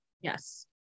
Yes